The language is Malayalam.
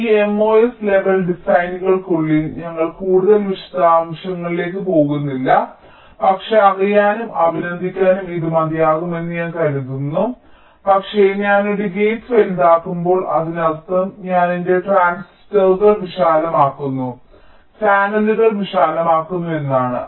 അതിനാൽ ഈ MOS ലെവൽ ഡിസൈനുകൾക്കുള്ളിൽ ഞങ്ങൾ കൂടുതൽ വിശദാംശങ്ങളിലേക്ക് പോകുന്നില്ല പക്ഷേ അറിയാനും അഭിനന്ദിക്കാനും ഇത് മതിയാകുമെന്ന് ഞാൻ കരുതുന്നു പക്ഷേ ഞാൻ ഒരു ഗേറ്റ് വലുതാക്കുമ്പോൾ അതിനർത്ഥം ഞാൻ എന്റെ ട്രാൻസിസ്റ്ററുകൾ വിശാലമാക്കുന്നു ചാനലുകൾ വിശാലമാക്കുന്നു എന്നാണ്